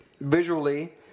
visually